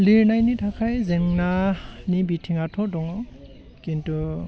लिरनायनि थाखाय जेंनानि बिथिङाथ' दं खिन्थु